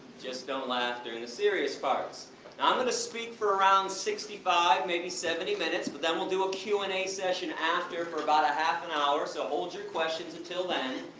just don't laugh during the serious parts. and i'm gonna speak for around sixty five, maybe seventy minutes, but then we'll do a q and a session after, for about half an hour, so hold your questions until then.